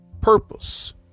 purpose